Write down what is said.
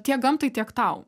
tiek gamtai tiek tau